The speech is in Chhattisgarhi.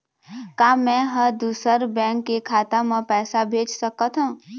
का मैं ह दूसर बैंक के खाता म पैसा भेज सकथों?